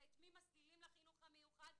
ואת מי מסלילים לחינוך מיוחד,